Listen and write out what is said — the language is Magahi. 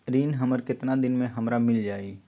ऋण हमर केतना दिन मे हमरा मील जाई?